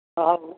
ହଁ ହଉ